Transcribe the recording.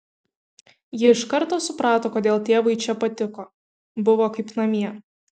ji iš karto suprato kodėl tėvui čia patiko buvo kaip namie